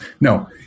no